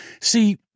See